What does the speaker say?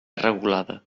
regulada